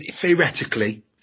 theoretically